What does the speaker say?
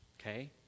Okay